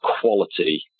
quality